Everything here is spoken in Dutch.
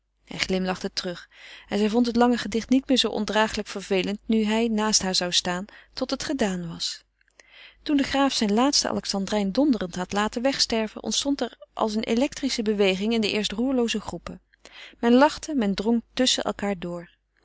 hij glimlachte terug en zij vond het lange gedicht niet meer zoo ondragelijk vervelend nu hij naast haar zou staan tot het gedaan was toen de graaf zijn laatsten alexandrijn donderend had laten wegsterven ontstond er als een electrische beweging in de eerst roerlooze groepen men lachte men drong tusschen elkaar door